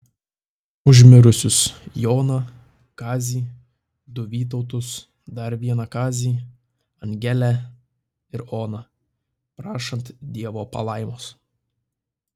už mirusius joną kazį du vytautus dar vieną kazį angelę ir oną prašant dievo palaimos